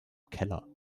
keller